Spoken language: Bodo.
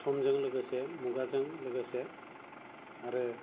समजों लोगोसे मुगाजों लोगोसे आरो